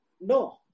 No